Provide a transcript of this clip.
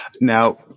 Now